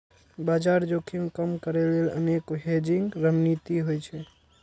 बाजार जोखिम कम करै लेल अनेक हेजिंग रणनीति होइ छै